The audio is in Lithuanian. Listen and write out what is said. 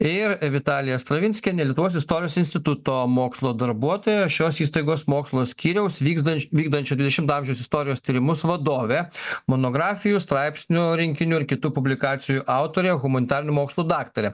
ir vitalija stravinskienė lietuvos istorijos instituto mokslo darbuotoja šios įstaigos mokslo skyriaus vykstančio vykdančio dvidešimto amžiaus istorijų tyrimus vadovė monografijų straipsnių rinkinių ir kitų publikacijų autorė humanitarinių mokslų daktarė